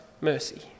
mercy